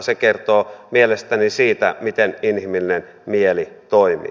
se kertoo mielestäni siitä miten inhimillinen mieli toimii